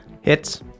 Hits